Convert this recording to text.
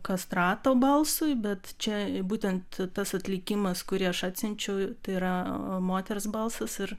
kastrato balsui bet čia būtent tas atlikimas kurį aš atsiunčiau tai yra moters balsas ir